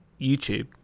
YouTube